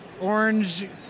orange